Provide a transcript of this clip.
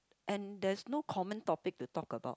and there's no common topic to talk about